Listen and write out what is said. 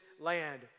land